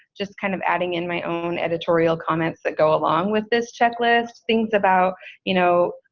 just kind of adding in my own editorial comments that go along with this checklist, things about you know,